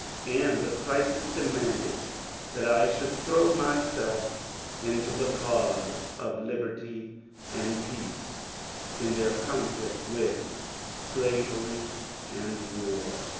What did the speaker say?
and the crisis demanded that i should throw myself into the cause of liberty and peace in their conflict with slavery and war.